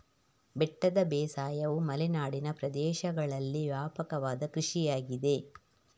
ಬೆಟ್ಟದ ಬೇಸಾಯವು ಮಲೆನಾಡಿನ ಪ್ರದೇಶಗಳಲ್ಲಿ ವ್ಯಾಪಕವಾದ ಕೃಷಿಯಾಗಿದೆ